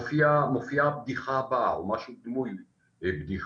מופיעה הבדיחה הבאה או אולי משהו דמוי בדיחה,